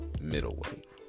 middleweight